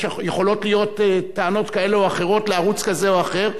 יכולות להיות טענות כאלה או אחרות לערוץ כזה או אחר,